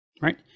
Right